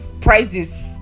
prizes